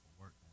work